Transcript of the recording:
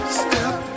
step